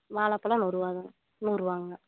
வாழைப்பளம் நூறுபா தான் நூறுபாங்க